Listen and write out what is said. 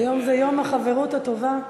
היום זה יום החברות הטובה.